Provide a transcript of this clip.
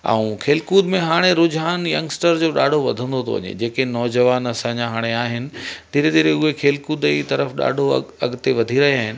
ऐं खेल कूद में हाणे रुझान यंगस्टर जो ॾाढो वधंदो थो वञे जेके नौजवान असांजा हाणे आहिनि धीरे धीरे उहे खेल कूद जी तरफ़ि ॾाढो अॻु अॻिते वधी रहिया आहिनि